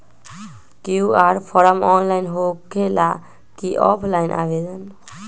QR form online होकेला कि offline आवेदन?